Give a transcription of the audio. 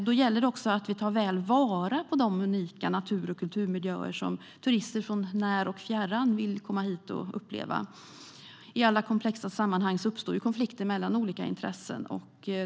Då gäller det att vi tar väl vara på de unika natur och kulturmiljöer som turister från när och fjärran vill komma hit och uppleva. I alla komplexa sammanhang uppstår konflikter mellan olika intressen.